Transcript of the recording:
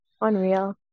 Unreal